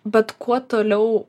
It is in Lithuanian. bet kuo toliau